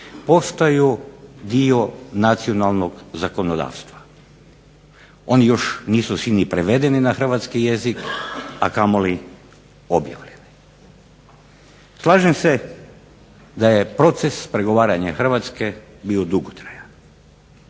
postaju dio nacionalnog zakonodavstva. Oni još nisu svi ni prevedeni na hrvatski jezik, a kamoli objavljeni. Slažem se da je proces pregovaranja Hrvatske bio dugotrajan.